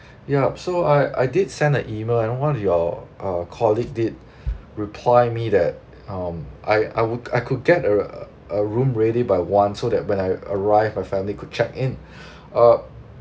ya so I I did send a email and one of your uh colleague did reply me that um I I would I could get a a room ready by one so that when I arrived my family could check-in uh